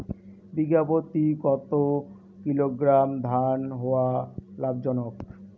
বিঘা প্রতি কতো কিলোগ্রাম ধান হওয়া লাভজনক?